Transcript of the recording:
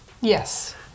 yes